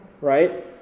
Right